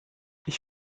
ich